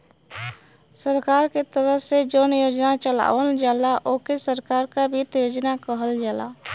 सरकार के तरफ से जौन योजना चलावल जाला ओके सरकार क वित्त योजना कहल जाला